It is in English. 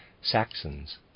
Saxons